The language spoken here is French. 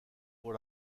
pour